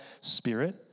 spirit